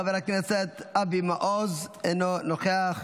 חבר הכנסת אבי מעוז, אינו נוכח,